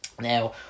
now